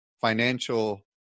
financial